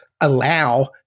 allow